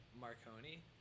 Marconi